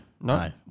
No